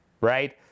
right